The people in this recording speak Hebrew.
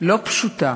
לא פשוטה.